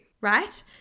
right